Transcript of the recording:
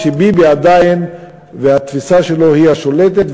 ושביבי עדיין התפיסה שלו היא השלטת.